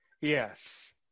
Yes